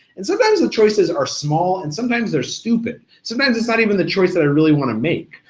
and sometimes the choices are small and sometimes they're stupid. sometimes it's not even the choice that i really wanna make,